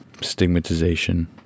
stigmatization